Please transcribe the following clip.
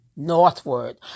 northward